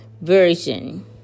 Version